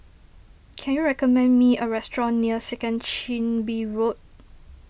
can you recommend me a restaurant near Second Chin Bee Road